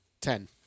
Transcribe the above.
Ten